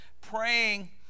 Praying